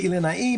ואילנאי,